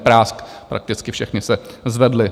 Prásk, prakticky všechny se zvedly.